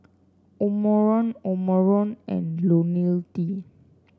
Omron Omron and IoniL T